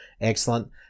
Excellent